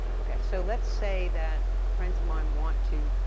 okay, so, let's say that friends of mine want to